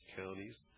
counties